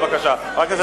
בבקשה.